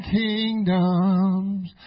kingdoms